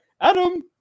adam